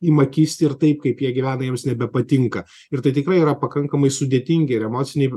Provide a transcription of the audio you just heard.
ima kisti ir taip kaip jie gyvena jiems nebepatinka ir tai tikrai yra pakankamai sudėtingi ir emociniai